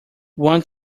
one